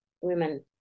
women